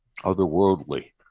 otherworldly